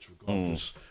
regardless